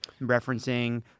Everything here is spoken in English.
referencing